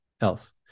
else